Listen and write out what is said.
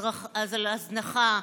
על הזנחה,